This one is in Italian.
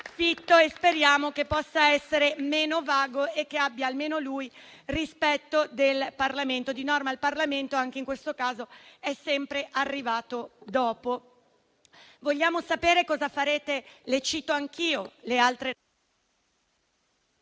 e speriamo che possa essere meno vago e che abbia, almeno lui, rispetto del Parlamento. Il Parlamento anche in questo caso è arrivato dopo. Vogliamo sapere cosa farete per il Friuli-Venezia